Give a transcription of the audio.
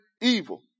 evil